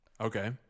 Okay